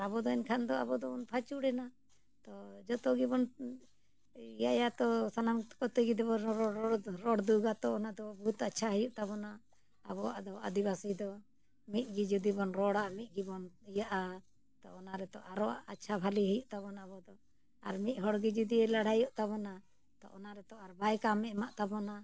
ᱟᱵᱚ ᱫᱚ ᱮᱱᱠᱷᱟᱱ ᱫᱚ ᱟᱵᱚ ᱫᱚᱵᱚᱱ ᱯᱷᱟᱹᱪᱩᱨ ᱮᱱᱟ ᱛᱚ ᱡᱚᱛᱚ ᱜᱮᱵᱚᱱ ᱮᱭᱟᱭᱟ ᱛᱚ ᱥᱟᱱᱟᱢ ᱠᱚᱛᱮ ᱜᱮᱵᱚᱱ ᱨᱚᱲ ᱨᱚᱲ ᱨᱚᱲ ᱫᱩᱜᱟ ᱛᱚ ᱚᱱᱟᱫᱚ ᱵᱚᱦᱩᱛ ᱟᱪᱪᱷᱟ ᱦᱩᱭᱩᱜ ᱛᱟᱵᱚᱱᱟ ᱟᱵᱚᱣᱟᱜ ᱫᱚ ᱟᱹᱫᱤᱵᱟᱹᱥᱤ ᱫᱚ ᱢᱤᱫᱜᱮ ᱡᱩᱫᱤᱵᱚᱱ ᱨᱚᱲᱟ ᱢᱤᱫ ᱜᱮᱵᱚᱱ ᱤᱭᱟᱜᱼᱟ ᱛᱚ ᱚᱱᱟ ᱨᱮᱛᱚ ᱟᱨᱚ ᱟᱪᱪᱷᱟ ᱵᱷᱟᱹᱞᱤ ᱦᱩᱭᱩᱜ ᱛᱟᱵᱚᱱᱟ ᱟᱵᱚᱫᱚ ᱟᱨ ᱢᱤᱫ ᱦᱚᱲᱜᱮ ᱡᱩᱫᱤ ᱞᱟᱹᱲᱦᱟᱹᱭᱚᱜ ᱛᱟᱵᱚᱱᱟ ᱛᱚ ᱚᱱᱟ ᱨᱮᱛᱚ ᱟᱨ ᱵᱟᱭ ᱠᱟᱢᱮ ᱮᱢᱟᱜ ᱛᱟᱵᱚᱱᱟ